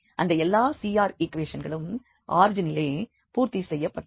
அந்த எல்லா CR ஈக்குவேஷன்களும் ஆரிஜினிலே பூர்த்தி செய்யப்பட்டது